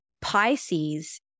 Pisces